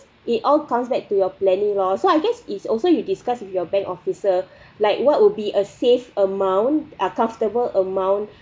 it all comes back to your planning lor so I guess is also you discuss with your bank officer like what would be a safe amount uh comfortable amount